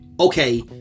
Okay